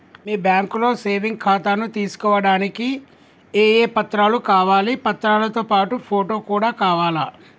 మీ బ్యాంకులో సేవింగ్ ఖాతాను తీసుకోవడానికి ఏ ఏ పత్రాలు కావాలి పత్రాలతో పాటు ఫోటో కూడా కావాలా?